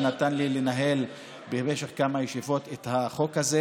שנתן לי לנהל במשך כמה ישיבות את החוק הזה,